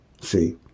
See